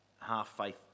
half-faith